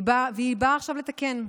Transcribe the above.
היא באה עכשיו לתקן.